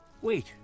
Wait